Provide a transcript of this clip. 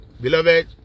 beloved